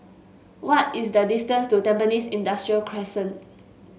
what is the distance to Tampines Industrial Crescent